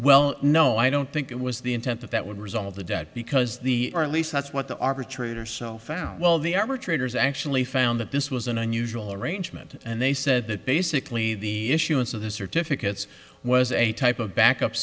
well no i don't think it was the intent of that would resolve the debt because the or at least that's what the arbitrator's so found well the average traders actually found that this was an unusual arrangement and they said that basically the issuance of the certificates was a type of back up